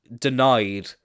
denied